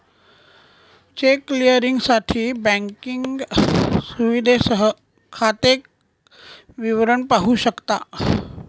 check क्लिअरिंगसाठी banking सुविधेसह खाते विवरण पाहू शकता